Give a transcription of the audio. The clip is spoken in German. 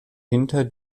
hinter